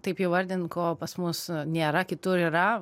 taip įvardint ko pas mus nėra kitur yra